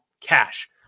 cash